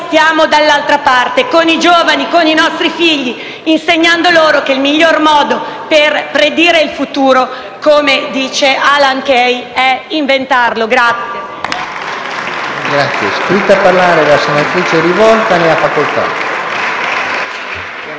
siamo dall'altra parte, con i giovani, con i nostri figli, insegnando loro che il migliore modo per predire il futuro, come dice Alan Kay, è inventarlo.